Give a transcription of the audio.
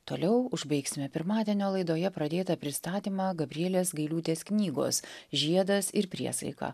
toliau užbaigsime pirmadienio laidoje pradėtą pristatymą gabrielės gailiūtės knygos žiedas ir priesaika